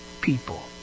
people